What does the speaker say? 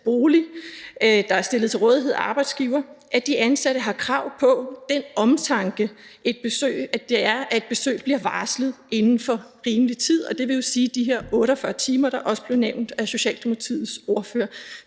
bolig, der er stillet til rådighed af en arbejdsgiver – at de ansatte har krav på den omtanke, som det er, at et besøg bliver varslet inden for rimelig tid, dvs. inden for de her 48 timer, som også blev nævnt af Socialdemokratiets ordfører.